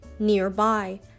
Nearby